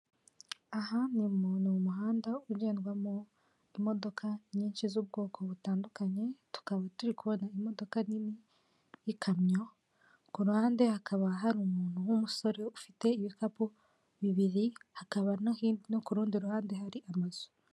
Aha ni mu muhanda ugendwamo imodoka nyinshi z'ubwoko butandukanye, tukaba turi kubona imodoka nini y'ikamyo, ku ruhande hakaba hari umuntu w'umusore ufite ibikapu bibiri hakaba no ku rundi ruhande hari amazu.